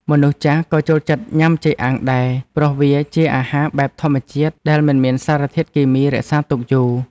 មនុស្សចាស់ក៏ចូលចិត្តញ៉ាំចេកអាំងដែរព្រោះវាជាអាហារបែបធម្មជាតិដែលមិនមានសារធាតុគីមីរក្សាទុកយូរ។